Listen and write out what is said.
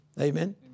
Amen